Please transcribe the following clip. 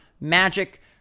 Magic